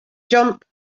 jump